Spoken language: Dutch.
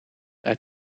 uit